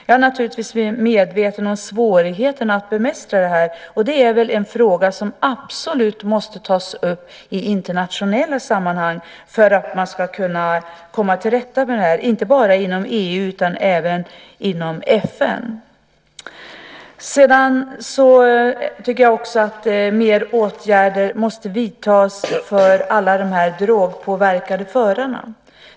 Jag är naturligtvis medveten om svårigheten att bemästra det här, och det är väl en fråga som absolut måste tas upp i internationella sammanhang för att man ska kunna komma till rätta med det här, inte bara inom EU utan även inom FN. Sedan tycker jag också att fler åtgärder måste vidtas när det gäller alla de här drogpåverkade förarna.